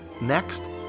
next